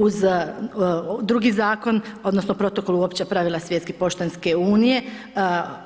Uz drugi zakon odnosno protokolu opća pravila Svjetske poštanske unije